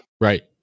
right